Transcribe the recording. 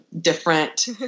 different